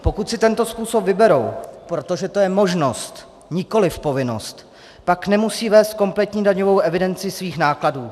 Pokud si tento způsob vyberou, protože to je možnost, nikoliv povinnost, pak nemusí vést kompletní daňovou evidenci svých nákladů.